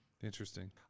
Interesting